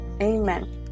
Amen